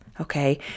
okay